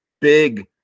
Big